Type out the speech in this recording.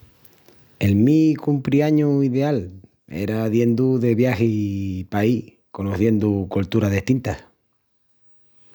El mi cumpriañu ideal era diendu de viagi paí conociendu colturas destintas.